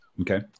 Okay